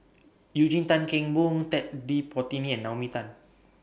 Eugene Tan Kheng Boon Ted De Ponti and Naomi Tan